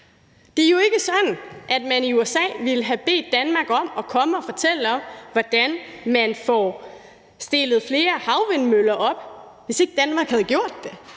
Det er jo ikke sådan, at man i USA ville have bedt Danmark om at komme og fortælle om, hvordan man får stillet flere havvindmøller op, hvis ikke Danmark havde gjort det.